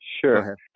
Sure